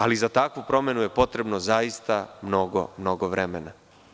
Ali, za takvu promenu je potrebno zaista mnogo vremena.